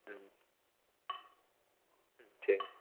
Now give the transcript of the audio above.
ம் ம் சரி